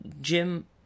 jim